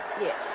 Yes